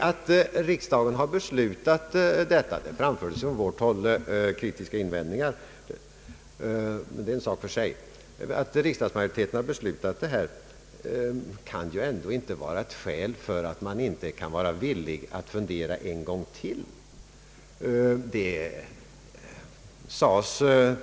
Att riksdagen beslutat detta — det framfördes kritiska invändningar från vårt håll, men detta är en sak för sig — kan ju ändå inte vara ett skäl för att man inte skall vara villig att fundera en gång till.